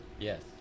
Yes